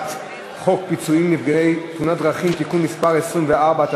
להצעת חוק פיצויים לנפגעי תאונות דרכים (תיקון מס' 24),